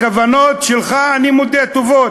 הכוונות שלך, אני מודה, טובות.